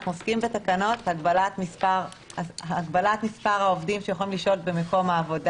אנחנו עוסקים בתקנות להגבלת מספר העובדים שיכולים לשהות במקום העבודה.